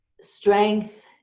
strength